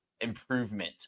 improvement